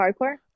hardcore